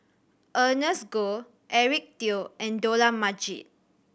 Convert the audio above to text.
Ernest Goh Eric Teo and Dollah Majid